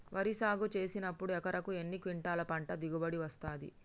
వరి సాగు చేసినప్పుడు ఎకరాకు ఎన్ని క్వింటాలు పంట దిగుబడి వస్తది?